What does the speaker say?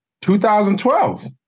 2012